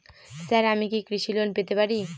Sir আমি কি কৃষি লোন পেতে পারি?